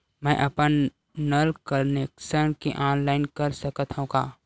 मैं अपन नल कनेक्शन के ऑनलाइन कर सकथव का?